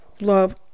Love